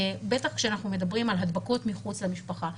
בטח כשאנחנו מדברים על הדבקות מחוץ למשפחה.